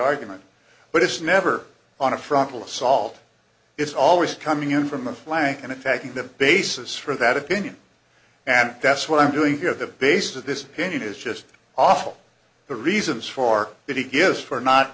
argument but it's never on a frontal assault it's always coming in from the flank and attacking the basis for that opinion and that's what i'm doing here the basis of this opinion is just awful the reasons for it he gives for not